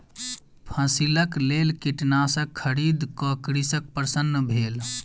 फसिलक लेल कीटनाशक खरीद क कृषक प्रसन्न भेल